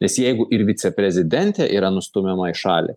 nes jeigu ir viceprezidentė yra nustumiama į šalį